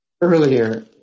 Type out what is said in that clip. earlier